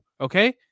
okay